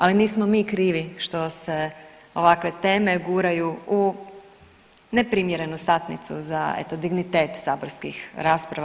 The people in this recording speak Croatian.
Ali nismo mi krivi što se ovakve teme guraju u neprimjerenu satnicu za eto dignitet saborskih rasprava.